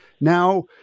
Now